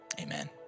Amen